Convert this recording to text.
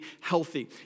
healthy